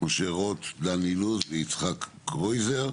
משה רוט, דן אילוז ויצחק קרויזר.